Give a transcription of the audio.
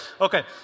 Okay